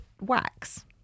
wax